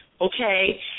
okay